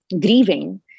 grieving